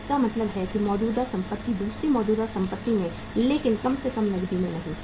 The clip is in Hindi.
तो इसका मतलब है एक मौजूदा संपत्ति दूसरी मौजूदा संपत्ति में लेकिन कम से कम नकदी में नहीं